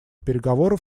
переговоров